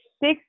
six